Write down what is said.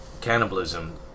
cannibalism